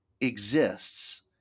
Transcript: exists